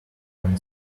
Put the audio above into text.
when